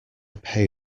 pay